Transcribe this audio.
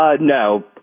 no